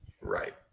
Right